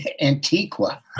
Antiqua